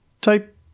type